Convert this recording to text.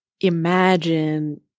imagine